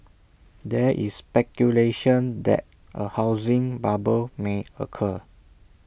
there is speculation that A housing bubble may occur